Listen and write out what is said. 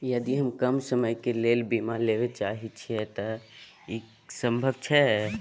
यदि हम कम समय के लेल बीमा लेबे चाहे छिये त की इ संभव छै?